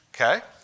Okay